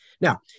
Now